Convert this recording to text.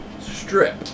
strip